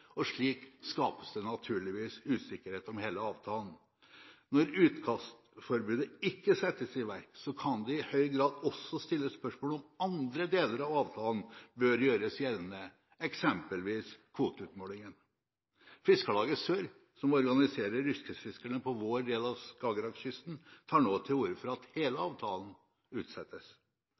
og slik skapes det naturligvis usikkerhet om hele avtalen. Når utkastforbudet ikke settes i verk, kan det i høy grad også stilles spørsmål om andre deler av avtalen bør gjøres gjeldende, eksempelvis kvoteutmålingen. Fiskarlaget Sør, som organiserer yrkesfiskerne på vår del av Skagerrak-kysten, tar nå til orde for at hele avtalen utsettes.